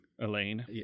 Elaine